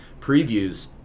previews